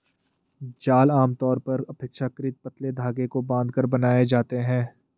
जाल आमतौर पर अपेक्षाकृत पतले धागे को बांधकर बनाए जाते हैं